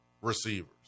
receivers